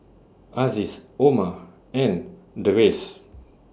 Aziz Omar and Deris